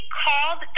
called